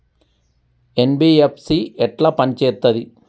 NBFC ఎట్ల పని చేత్తది?